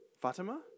Fatima